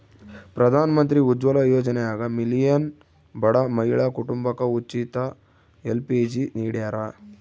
ಪ್ರಧಾನಮಂತ್ರಿ ಉಜ್ವಲ ಯೋಜನ್ಯಾಗ ಮಿಲಿಯನ್ ಬಡ ಮಹಿಳಾ ಕುಟುಂಬಕ ಉಚಿತ ಎಲ್.ಪಿ.ಜಿ ನಿಡ್ಯಾರ